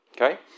Okay